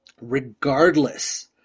regardless